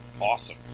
awesome